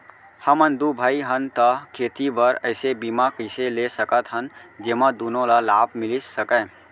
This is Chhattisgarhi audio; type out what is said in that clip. हमन दू भाई हन ता खेती बर ऐसे बीमा कइसे ले सकत हन जेमा दूनो ला लाभ मिलिस सकए?